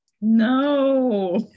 No